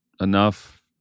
enough